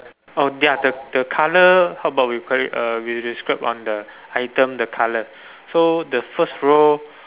oh ya the the colour how about we call it uh we describe on the item the colour so the first row